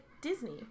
Disney